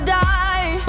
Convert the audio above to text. die